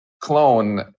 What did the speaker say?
clone